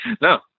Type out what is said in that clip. no